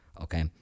okay